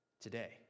today